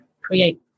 create